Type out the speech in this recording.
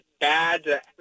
bad